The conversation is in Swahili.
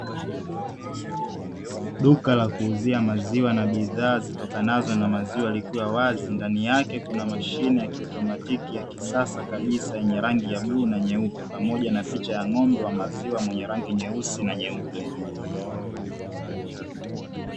Duka la kuuzia maziwa na bidhaa zitokanazo na maziwa likiwa wazi. Ndani yake kuna mashine ya kiautomatiki ya kisasa kabisa yenye rangi ya buluu na nyeupe, pamoja na picha ya ng'ombe wa maziwa mwenye rangi nyeusi na nyeupe.